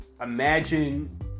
imagine